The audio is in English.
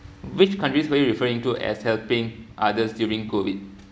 which countries were you referring to as helping others during COVID